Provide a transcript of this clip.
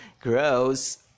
Gross